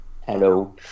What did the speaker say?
Hello